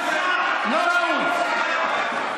לא ראוי.